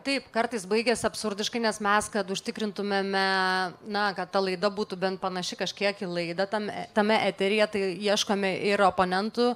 taip kartais baigias absurdiškai nes mes kad užtikrintumėme na kad ta laida būtų bent panaši kažkiek į laidą tam tame eteryje tai ieškome ir oponentų